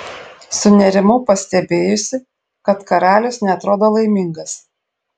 sunerimau pastebėjusi kad karalius neatrodo laimingas